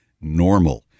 normal